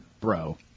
bro